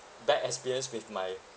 bad experience with my